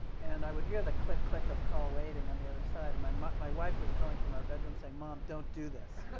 and i would hear the click, click of call waiting on the other side. and my my wife was calling from our bedroom saying, mom, don't do this.